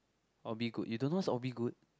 or be good you don't know what's or be good